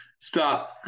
stop